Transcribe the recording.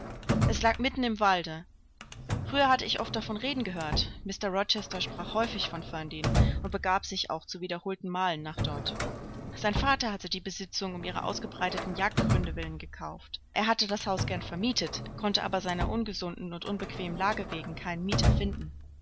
es lag mitten im walde früher hatte ich oft davon reden gehört mr rochester sprach häufig von ferndean und begab sich auch zu wiederholten malen nach dort sein vater hatte die besitzung um ihrer ausgebreiteten jagdgründe willen gekauft er hätte das haus gern vermietet konnte aber seiner ungesunden und unbequemen lage wegen keinen mieter finden